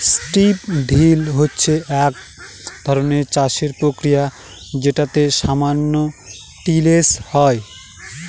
strip drill হচ্ছে এক ধরনের চাষের প্রক্রিয়া যেটাতে সামান্য টিলেজ হয়